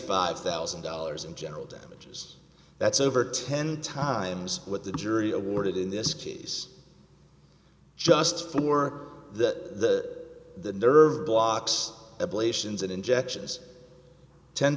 five thousand dollars in general damages that's over ten times what the jury awarded in this case just for that the nerve blocks ablations an injection is ten